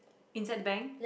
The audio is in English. inside the bank